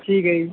ਠੀਕ ਹੈ ਜੀ